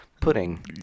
Pudding